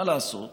מה לעשות,